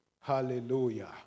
Hallelujah